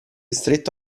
stretto